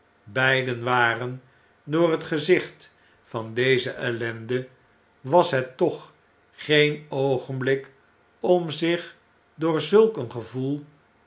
beiden waren door het gezicht van deze ellende was het toch geen oogenblik om zich door zulk een gevoel